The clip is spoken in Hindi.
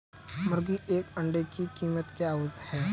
मुर्गी के एक अंडे की कीमत क्या है?